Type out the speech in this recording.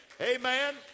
Amen